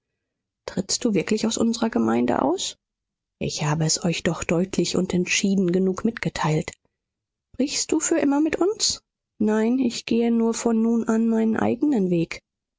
trittst du wirklich aus unserer gemeinde aus ich habe es euch doch deutlich und entschieden genug mitgeteilt brichst du für immer mit uns nein ich gehe nur von nun an meinen eigenen weg